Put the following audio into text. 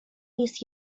jest